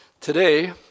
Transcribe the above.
Today